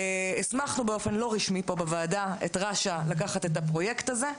הסמכנו פה באופן לא רשמי פה בוועדה את רש"א לקחת את הפרויקט הזה.